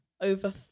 over